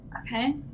Okay